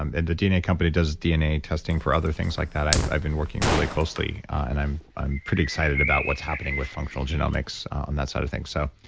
and the dna company does dna testing for other things like that. i've i've been working really closely and i'm i'm pretty excited about what's happening with functional genomics and that sort of thing. so,